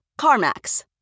CarMax